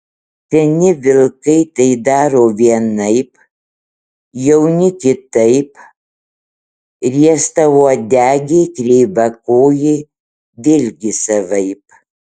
seni vilkai tai daro vienaip jauni kitaip riestauodegiai kreivakojai vėlgi savaip